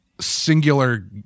singular